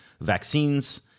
vaccines